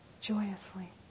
joyously